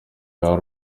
ari